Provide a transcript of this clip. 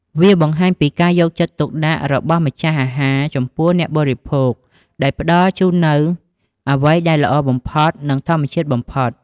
វាបង្ហាញពី ការយកចិត្តទុកដាក់ របស់ម្ចាស់អាហារចំពោះអ្នកបរិភោគ ដោយផ្តល់ជូននូវអ្វីដែលល្អបំផុត និងធម្មជាតិបំផុត។